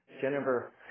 Jennifer